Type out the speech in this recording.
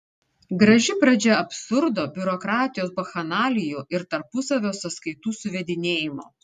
graži pradžia absurdo biurokratijos bakchanalijų ir tarpusavio sąskaitų suvedinėjimo